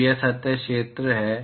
तो वह सतह क्षेत्र है